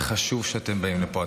זה חשוב שאתם באים לפה.